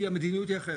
כי המדיניות היא אחרת.